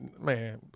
Man